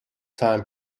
time